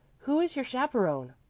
who is your chaperon?